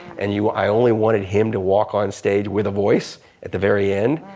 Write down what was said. and you, i only wanted him to walk on stage with a voice at the very end.